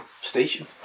station